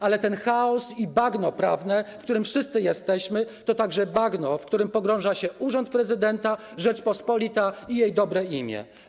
Ale ten chaos i bagno prawne, w którym wszyscy jesteśmy, to także bagno, w którym pogrąża się urząd prezydenta, Rzeczpospolita i jej dobre imię.